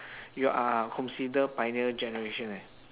you are consider pioneer generation eh